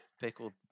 pickled